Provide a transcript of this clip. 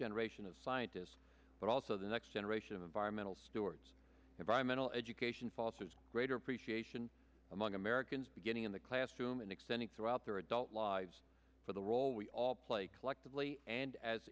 generation of scientists but also the next generation of environmental stewards environmental education fosters greater appreciation among americans beginning in the classroom and extending throughout their adult lives for the role we all play collectively and as